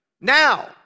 now